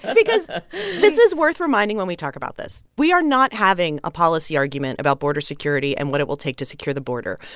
ah because ah this is worth reminding when we talk about this. we are not having a policy argument about border security and what it will take to secure the border.